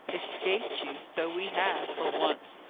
escaped you! so we have, for once.